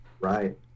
Right